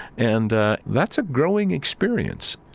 and that's a growing experience.